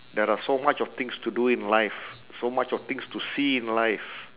there are so much of things to do in life so much of things to see in life